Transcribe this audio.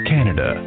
Canada